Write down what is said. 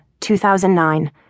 2009